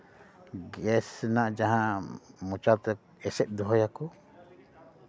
gas ᱨᱮᱱᱟᱜ ᱡᱟᱦᱟᱸ ᱢᱚᱪᱟᱛᱮ ᱮᱥᱮᱫ ᱫᱚᱦᱚᱭᱟᱠᱚ